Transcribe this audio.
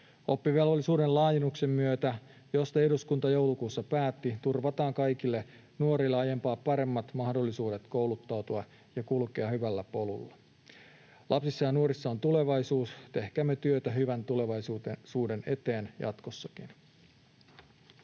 Oppivelvollisuuden laajennuksen myötä, josta eduskunta joulukuussa päätti, turvataan kaikille nuorille aiempaa paremmat mahdollisuudet kouluttautua ja kulkea hyvällä polulla. Lapsissa ja nuorissa on tulevaisuus. Tehkäämme työtä hyvän tulevaisuuden eteen jatkossakin.